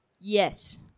Yes